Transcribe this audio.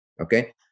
okay